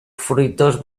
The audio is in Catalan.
fruitós